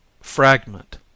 Fragment